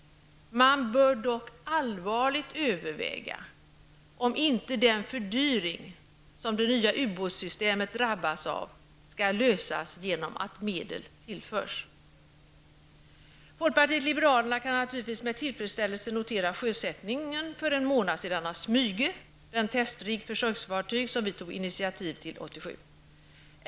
Man bör dock allvarligt överväga om inte problem med den fördyring som det nya ubåtssystemet drabbats av skall lösas genom att medel tillförs. Folkpartiet liberalerna kan naturligtvis med tillfredsställelse notera sjösättningen för en månad sedan av Smyge, den testrigg/det försöksfartyg som vi tog initiativ till 1987.